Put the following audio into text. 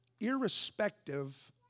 irrespective